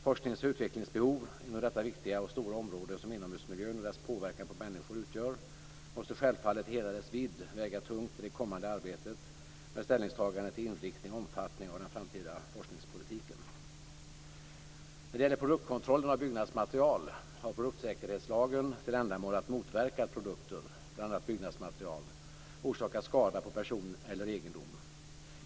Forsknings och utvecklingsbehov inom detta viktiga och stora område som inomhusmiljön och dess påverkan på människor utgör måste självfallet i hela deras vidd väga tungt i det kommande arbetet med ställningstagande till inriktning och omfattning av den framtida forskningspolitiken. När det gäller produktkontrollen av byggnadsmaterial har produktsäkerhetslagen till ändamål att motverka att produkter - bl.a. byggnadsmaterial - orsakar skada på person eller egendom.